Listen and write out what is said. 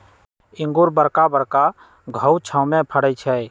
इंगूर बरका बरका घउछामें फ़रै छइ